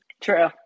True